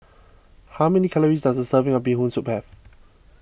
how many calories does a serving of Bee Hoon Soup have